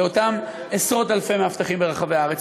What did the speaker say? לאותם עשרות-אלפי מאבטחים ברחבי הארץ.